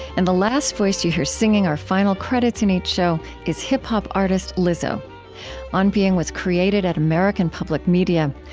and the last voice that you hear, singing our final credits in each show, is hip-hop artist lizzo on being was created at american public media.